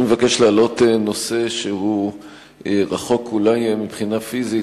אני מבקש להעלות נושא שהוא אולי רחוק מבחינה פיזית,